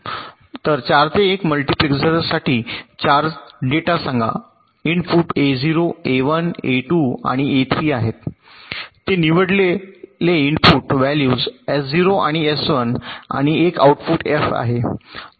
तर 4 ते 1 मल्टिप्लेसरसाठी 4 डेटा सांगा इनपुट A0 A1 A2 आणि A3 आहेत ते निवडलेले इनपुट व्हॅल्यूज एस 0 आणि एस 1 आणि एक आउटपुट एफ आहे